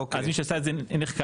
מי שנעשה את זה נחקר.